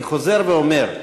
אני חוזר ואומר,